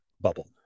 bubble